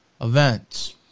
events